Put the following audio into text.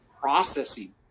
processing